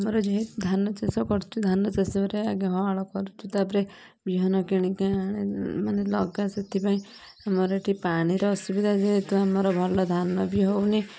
ଆମର ଯେ ଧାନ ଚାଷ କରୁଛୁ ଧାନ ଚାଷରେ ଆଗେ ହଳ କରୁଛୁ ତା ପରେ ବିହନ କିଣିକି ଆଣେ ମାନେ ଲଗା ସେଥିପାଇଁ ଆମର ଏଇଠି ପାଣିର ଅସୁବିଧା ଯେହେତୁ ଆମର ଭଲ ଧାନ ବି ହଉନି